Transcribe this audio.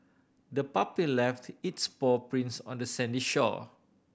the puppy left its paw prints on the sandy shore